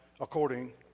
according